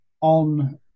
on